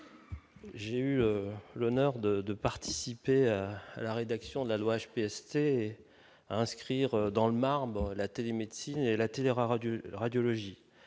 J'ai eu l'honneur de de participer à la rédaction de la loi HPST inscrire dans le marbre la télémédecine et la télé rare